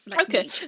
okay